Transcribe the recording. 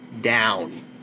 down